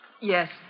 Yes